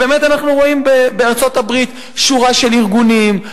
באמת אנחנו רואים בארצות-הברית שורה של ארגונים,